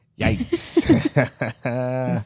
Yikes